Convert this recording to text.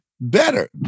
better